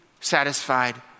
satisfied